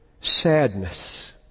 sadness